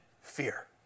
fear